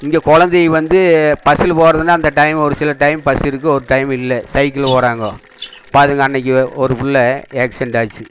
இங்கே குழந்தை வந்து பஸ்சில் போகிறதுன்னா அந்த டைம் ஒரு சில டைம் பஸ் இருக்கும் ஒரு டைம் இல்லை சைக்கிளில் போகிறாங்கோ பாருங்க அன்னிக்கி ஒரு பிள்ள ஏக்சிடென்ட் ஆச்சு